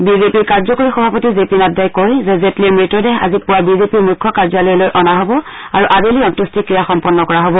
বিজেপিৰ কাৰ্যকৰী সভাপতি জে পি নাড্ডাই কয় যে জেটলিৰ মৃতদেহ আজি পুৱা বিজেপিৰ মুখ্য কাৰ্যালয়লৈ অনা হ'ব আৰু আবেলি অন্ত্যেট্টিক্ৰিয়া সম্পন্ন কৰা হ'ব